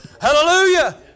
Hallelujah